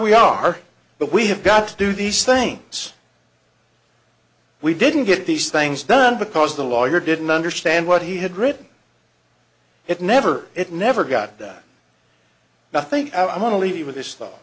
we are but we have got to do these things we didn't get these things done because the lawyer didn't understand what he had written it never it never got nothing out i want to leave you with this though